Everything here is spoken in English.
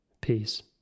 Peace